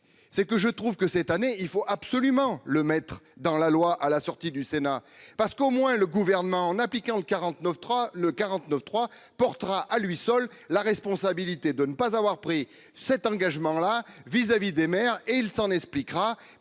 c'est que je trouve que cette année, il faut absolument le mettre dans la loi à la sortie du Sénat parce qu'au moins le gouvernement, en appliquant le 49 3 le 49 3 portera à lui seul la responsabilité de ne pas avoir pris cet engagement-là vis-à-vis des maires et il s'en expliquera